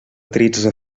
tretze